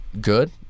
good